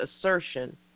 assertion